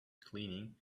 cleaning